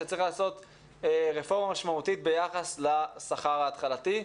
שצריך לעשות רפורמה משמעותית ביחס לשכר ההתחלתי.